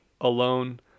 alone